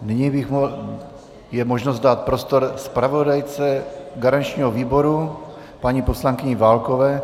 Nyní je možnost dát prostor zpravodajce garančního výboru, paní poslankyni Válkové.